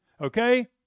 Okay